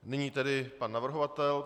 Nyní tedy pan navrhovatel.